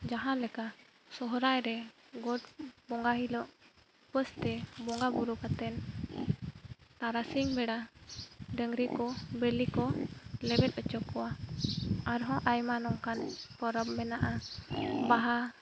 ᱡᱟᱦᱟᱸ ᱞᱮᱠᱟ ᱥᱚᱨᱦᱟᱭ ᱨᱮ ᱜᱚᱴ ᱵᱚᱸᱜᱟ ᱦᱤᱞᱳᱜ ᱩᱯᱟᱹᱥᱛᱮ ᱵᱚᱸᱜᱟ ᱵᱳᱨᱳ ᱠᱟᱛᱮ ᱛᱟᱨᱟᱥᱤᱝ ᱵᱮᱲᱟ ᱰᱟᱝᱨᱤ ᱠᱚ ᱡᱤᱭᱟᱹᱞᱤ ᱠᱚ ᱞᱮᱵᱮᱫ ᱚᱪᱚ ᱠᱚᱣᱟ ᱟᱨᱦᱚᱸ ᱟᱭᱢᱟ ᱱᱚᱝᱠᱟᱱ ᱯᱚᱨᱚᱵᱽ ᱢᱮᱱᱟᱜᱼᱟ ᱵᱟᱦᱟ